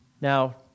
Now